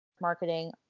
marketing